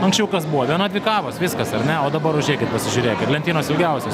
anksčiau kas buvo viena dvi kavos viskas ar ne o dabar užeikit pasižiūrėkit lentynos ilgiausios